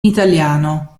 italiano